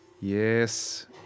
Yes